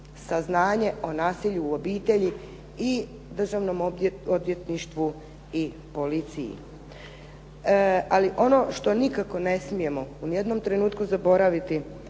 saznanje o nasilju u obitelji i Državnom odvjetništvu i policiji. Ali ono što nikako ne smijemo u ni jednom trenutku zaboraviti